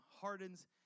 hardens